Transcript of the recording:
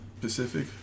Pacific